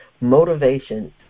motivation